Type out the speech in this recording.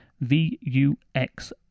V-U-X